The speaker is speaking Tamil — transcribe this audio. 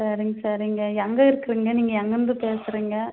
சரிங்க சரிங்க எங்கே இருக்கிறீங்க நீங்கள் எங்கிருந்து பேசுகிறீங்க